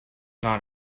not